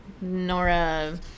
Nora